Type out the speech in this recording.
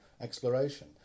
exploration